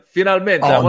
Finalmente